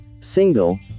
single